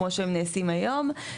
כמו שהם נעשים היום.